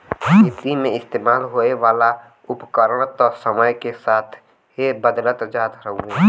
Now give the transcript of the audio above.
खेती मे इस्तेमाल होए वाला उपकरण त समय के साथे बदलत जात हउवे